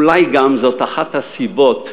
אולי זאת אחת הסיבות,